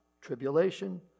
tribulation